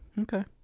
Okay